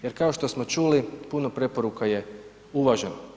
Jer kao što smo čuli puno preporuka je uvaženo.